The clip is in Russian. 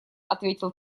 ответил